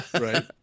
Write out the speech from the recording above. Right